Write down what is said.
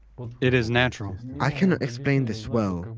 it is natural. i cannot explain this, well,